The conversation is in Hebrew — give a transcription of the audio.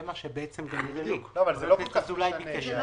זה מה שנראה לי שחבר הכנסת אזולאי ביקש.